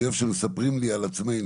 אני אוהב שמספרים לי על עצמנו,